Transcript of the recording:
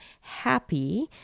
happy